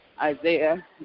Isaiah